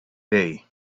day